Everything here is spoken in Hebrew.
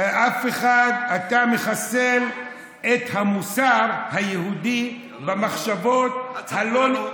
אתה מחסל את המוסר היהודי במחשבות הלא,